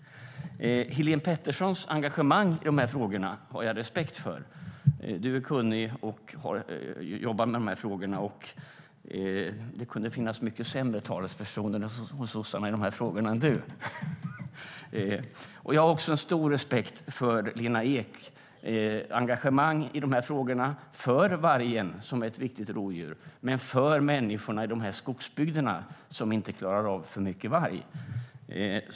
Helén Petterssons engagemang i de här frågorna har jag respekt för. Du är kunnig, Helén, och jobbar med de här frågorna. Det kunde finnas mycket sämre talespersoner hos sossarna i de här frågorna än du. Jag har också stor respekt för Lena Eks engagemang för vargen som ett viktigt rovdjur men också för människorna i skogsbygderna som inte klarar av för mycket varg.